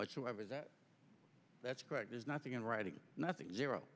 whatsoever that that's correct there's nothing in writing nothing zero